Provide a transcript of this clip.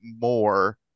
more